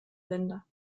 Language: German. länder